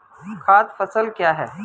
खाद्य फसल क्या है?